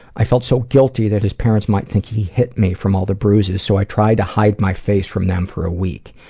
i felt so guilty that his parents might think he hit me from all the bruises, so i tried to hide my face from them for a week.